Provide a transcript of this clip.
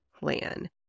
plan